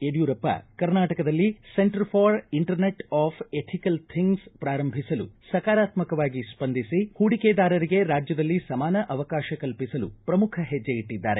ಯಡಿಯೂರಪ್ಪ ಕರ್ನಾಟಕದಲ್ಲಿ centre for internet of ethical things ಪ್ರಾರಂಭಿಸಲು ಸಕಾರಾತ್ಮವಾಗಿ ಸ್ಪಂದಿಸಿ ಹೂಡಿಕೆದಾರರಿಗೆ ರಾಜ್ಯದಲ್ಲಿ ಸಮಾನ ಅವಕಾಶ ಕಲ್ಪಿಸಲು ಶ್ರಮುಖ ಹೆಜ್ಜೆಯಿಟ್ಟಿದ್ದಾರೆ